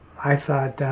i thought,